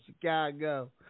Chicago